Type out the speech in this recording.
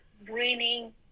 bringing